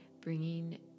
bringing